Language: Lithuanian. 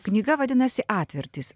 knyga vadinasi atvertys